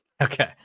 okay